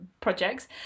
projects